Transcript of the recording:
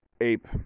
ape